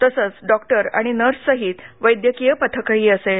तसेच डॉक्टर आणि नर्ससहीत वैद्यकीय पथकही असेल